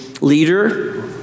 leader